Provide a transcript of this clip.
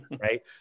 Right